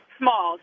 small